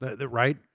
Right